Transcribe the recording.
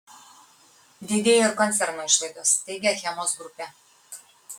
didėjo ir koncerno išlaidos teigia achemos grupė